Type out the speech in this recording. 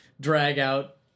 drag-out